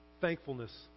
Thankfulness